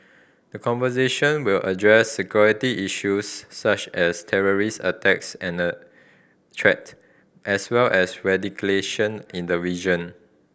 the conversation will address security issues such as terrorist attacks and threat as well as in the region